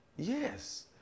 Yes